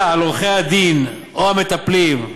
היה על עורכי-הדין או המטפלים,